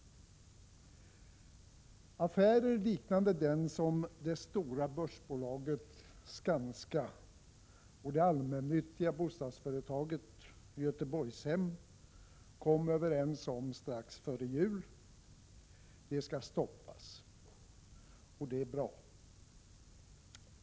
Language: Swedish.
Affärer liknande den som det stora börsbolaget Skanska och det allmännyttiga bostadsföretaget Göteborgshem kom överens om strax före jul skall stoppas, och det är bra.